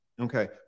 Okay